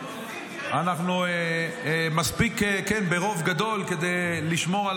אנחנו ברוב גדול מספיק כדי לשמור על